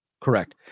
correct